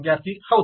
ವಿದ್ಯಾರ್ಥಿ ಹೌದು